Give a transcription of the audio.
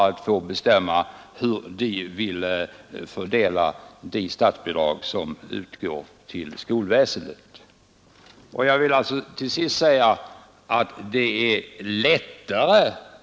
Det är lättare att i kommunerna behålla de regler som en gång fa som dessutom naturligtvis kommer att kosta pengar.